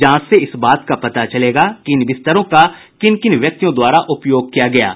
जांच से इस बात का पता चलेगा कि इन बिस्तरों का किन किन व्यक्तियों द्वारा उपयोग किया गया था